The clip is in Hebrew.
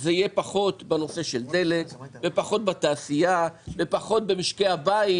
זה יהיה פחות בדלק ופחות בתעשייה ופחות במשקי הבית,